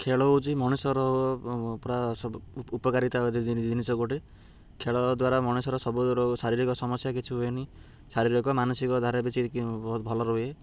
ଖେଳ ହଉଛି ମଣିଷର ପୁରା ସବୁ ଉପକାରିତା ଜିନିଷ ଗୋଟେ ଖେଳ ଦ୍ୱାରା ମଣିଷର ସବୁ ଶାରୀରିକ ସମସ୍ୟା କିଛି ହୁଏନି ଶାରୀରିକ ମାନସିକ ଧାରା ବି ବହୁତ ଭଲ ରୁହେ